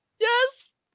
Yes